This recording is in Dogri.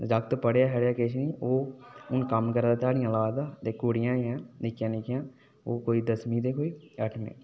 जाक्त पढ़ेआ छढ़ेआ किश नीं हुन कम्म करा दा देहाड़ियां ला दा ते कुंड़ियां हियां निक्कियां निक्कियां ते ओह् कोई दसमी ते अठमीं